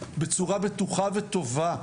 בצורה בטוחה וטובה.